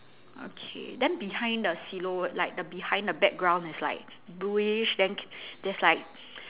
okay then behind the silhouette like the behind the background is like bluish then there's like